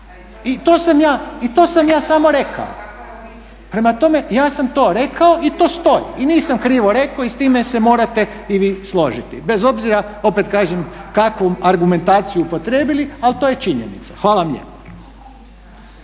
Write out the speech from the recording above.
i to sam ja samo rekao. Prema tome ja sam to rekao i to stoji i nisam krivo rekao i s time se morate i vi složiti bez obzira, opet kažem, kakvu argumentaciju upotrijebili, ali to je činjenica. Hvala vam lijepa.